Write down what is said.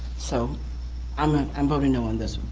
so i'm ah i'm voting no on this